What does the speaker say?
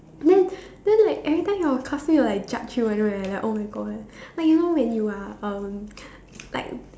then then like every time your classmate will like judge you one right like oh-my-God like you know when you are um like